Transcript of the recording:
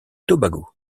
tobago